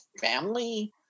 family